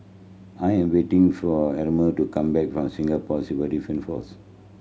I am waiting for Herma to come back from Singapore Civil Defence Force